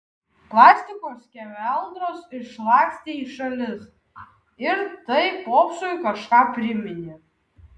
plastiko skeveldros išlakstė į šalis ir tai popsui kažką priminė